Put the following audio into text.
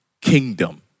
kingdom